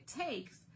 takes